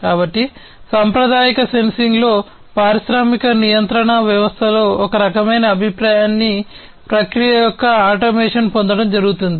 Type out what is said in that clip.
కాబట్టి సాంప్రదాయిక సెన్సింగ్లో పారిశ్రామిక నియంత్రణ వ్యవస్థలో ఒక రకమైన అభిప్రాయాన్ని ప్రక్రియ యొక్క ఆటోమేషన్ను పొందడం జరుగుతుంది